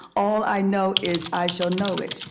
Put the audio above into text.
all i know is i shall know it,